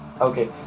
okay